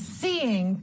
seeing